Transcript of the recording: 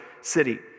city